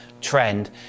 trend